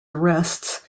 arrests